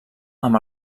amb